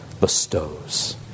bestows